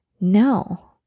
No